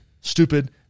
Stupid